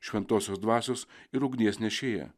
šventosios dvasios ir ugnies nešėją